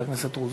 ולכן,